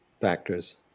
factors